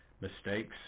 mistakes